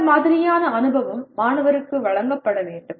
அந்த மாதிரியான அனுபவம் மாணவருக்கு வழங்கப்பட வேண்டும்